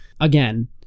again